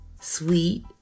sweet